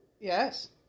Yes